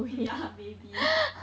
yeah maybe